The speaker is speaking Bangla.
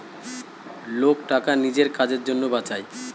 লোক টাকা নিজের কাজের জন্য বাঁচায়